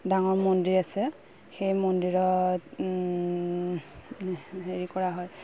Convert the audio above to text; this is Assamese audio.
ডাঙৰ মন্দিৰ আছে সেই মন্দিৰত হেৰি কৰা হয়